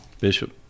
bishop